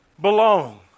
belong